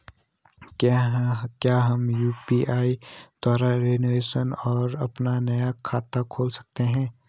क्या हम यु.पी.आई द्वारा इन्श्योरेंस और अपना नया खाता खोल सकते हैं?